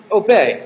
obey